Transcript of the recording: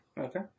Okay